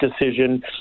decision